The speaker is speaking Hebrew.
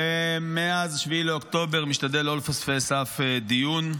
ומאז 7 באוקטובר משתדל לא לפספס אף דיון,